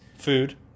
food